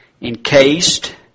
encased